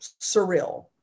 surreal